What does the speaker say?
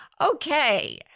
Okay